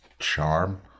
Charm